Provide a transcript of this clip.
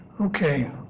Okay